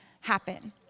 happen